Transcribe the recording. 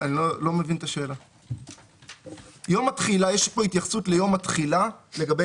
יש פה התייחסות ליום התחילה לגבי